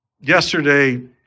yesterday